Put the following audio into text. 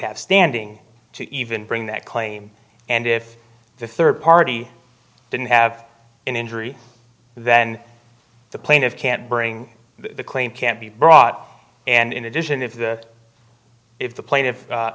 have standing to even bring that claim and if the third party didn't have an injury then the plaintiff can't bring the claim can't be brought and in addition if the if the pla